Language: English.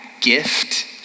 gift